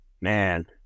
Man